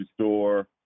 store